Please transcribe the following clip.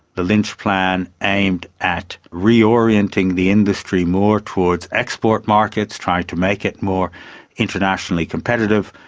the lynch plan aimed at reorienting the industry more towards export markets, trying to make it more internationally competitive.